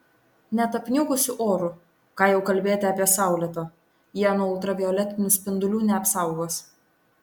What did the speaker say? net apniukusiu oru ką jau kalbėti apie saulėtą jie nuo ultravioletinių spindulių neapsaugos